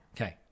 Okay